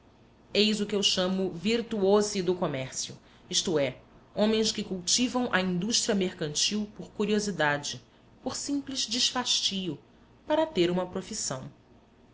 eis o que eu chamo virtuosi do comércio isto é homens que cultivam a indústria mercantil por curiosidade por simples desfastio para ter uma profissão